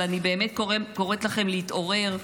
אבל אני באמת קוראת לכם להתעורר.